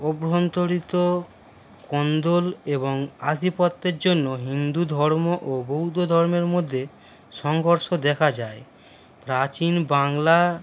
অভ্যন্তরিত কোন্দল এবং আধিপত্যের জন্য হিন্দু ধর্ম ও বৌদ্ধ ধর্মের মধ্যে সংঘর্ষ দেখা যায় প্রাচীন বাংলা